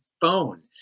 phone